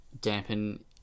dampen